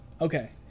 Okay